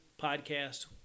podcast